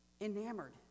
enamored